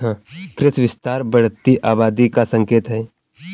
कृषि विस्तार बढ़ती आबादी का संकेत हैं